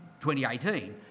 2018